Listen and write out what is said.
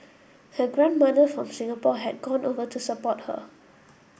her grandmother from Singapore had gone over to support her